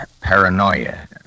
Paranoia